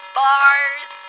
bars